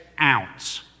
ounce